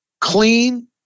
clean